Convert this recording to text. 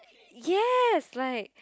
yes like